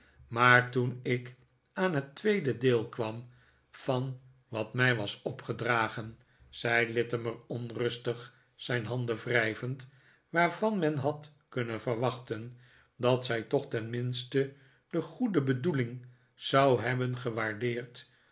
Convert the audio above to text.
maar toen ik aan het tweede deel kwam van wat mij was opgedragen zei littimer onrustig zijn handen wrijvend waarvan men had kunnen verwachten dat zij toch tenminste de goede bedoeling zou hebben gewaardeerd